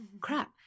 Crap